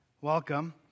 Welcome